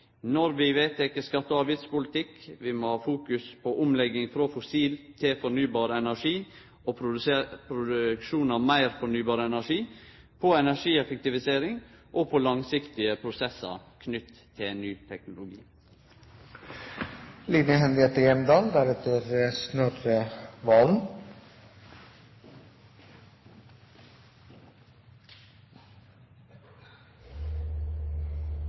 når vi vedtek skatte- og avgiftspolitikk. Vi må fokusere på omlegging frå fossil til fornybar energi, på produksjon av meir fornybar energi, på energieffektivisering og på langsiktige prosessar knytte til ny